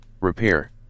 Repair